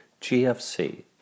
GFC